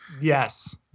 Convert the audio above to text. Yes